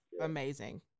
amazing